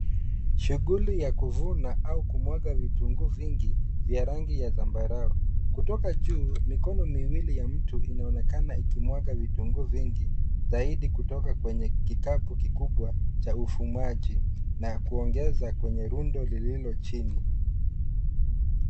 Shughuli ya kuvuna au kumwaga vitunguu vingi vya rangi ya zambarau. Kutoka juu, mikono miwili ya mtu inaonekana ikimwaga vitunguu vingi, zaidi kutoka kwenye kikapu kikubwa cha ufumaji, na kuongeza kwenye rundo lililo chini.